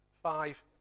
five